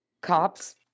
cops